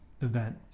event